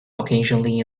occasionally